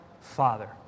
Father